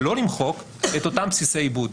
שלא למחוק את אותם בסיסי עיבוד,